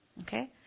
Okay